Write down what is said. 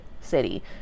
city